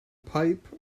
pipe